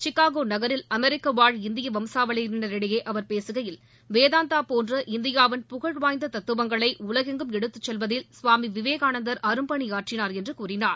Chicago நகரில் அமெரிக்காவாழ் இந்திய வசம்சாவளியினரிடையே அவர் பேசுகையில் வேதாந்தா போன்ற இந்தியாவின் புகழ்வாய்ந்த தத்ததுவங்களை உலகெங்கும் எடுத்துச் செல்வதில் சுவாமி விவேகானந்தர் அரும்பாணியாற்றினார் என்று கூறினார்